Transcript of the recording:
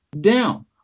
down